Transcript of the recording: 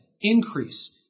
increase